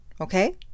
Okay